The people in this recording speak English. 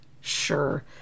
Sure